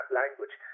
language